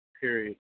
period